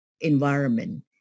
environment